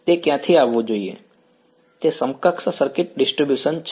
વિદ્યાર્થી તે સમકક્ષ સર્કિટ ડીશ્ટ્રીબ્યુશન છે